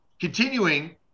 continuing